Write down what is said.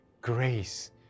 Grace